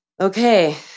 Okay